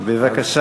אינו נוכח.